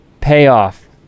payoff